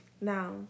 Now